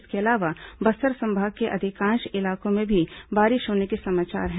इसके अलावा बस्तर संभाग के अधिकांश इलाकों में भी बारिश होने के समाचार हैं